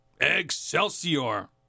Excelsior